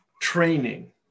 training